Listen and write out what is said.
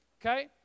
okay